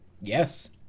yes